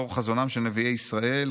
לאור חזונם של נביאי ישראל",